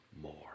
more